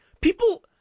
People